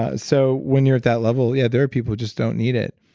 ah so, when you're at that level, yeah, there are people who just don't need it